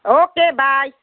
okay bye